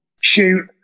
shoot